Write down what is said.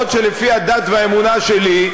אף שלפי הדת והאמונה שלי,